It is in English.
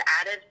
added